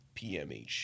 PMH